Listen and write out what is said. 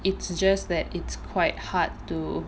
it's just that it's quite hard to